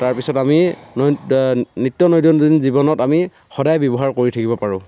তাৰপিছত আমি নিত্য দৈনন্দিন জীৱনত আমি সদায় ব্যৱহাৰ কৰি থাকিব পাৰোঁ